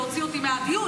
והוציא אותי מהדיון,